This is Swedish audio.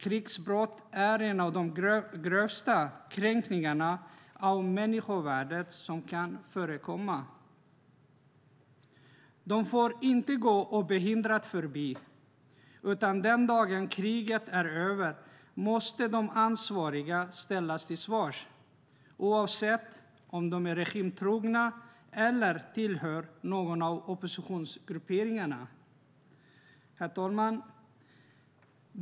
Krigsbrott är en av de grövsta kränkningar av människovärdet som kan förekomma. De får inte gå obehindrat förbi, utan den dagen kriget är över måste de ansvariga ställas till svars, oavsett om de är regimtrogna eller tillhör någon av oppositionsgrupperingarna. Herr talman!